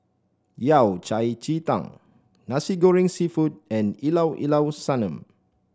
Yao Cai Ji Tang Nasi Goreng seafood and Llao Llao Sanum